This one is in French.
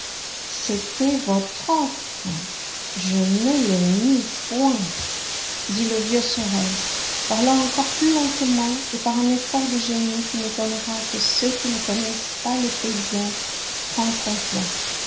c'était votre offre je ne le nie point dit le vieux sorel parlant encore plus lentement et par un effort de génie qui n'étonnera que ceux qui ne connaissent pas les paysans francs comtois